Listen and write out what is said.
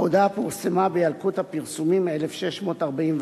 ההודעה פורסמה בילקוט הפרסומים 1645,